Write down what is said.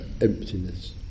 emptiness